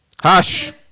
Hush